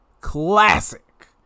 classic